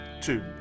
two